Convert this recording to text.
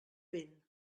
vent